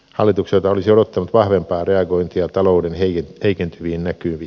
hallitukselta olisi odottanut vahvempaa reagointia talouden heikentyviin näkymiin